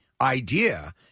idea